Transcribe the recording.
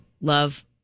love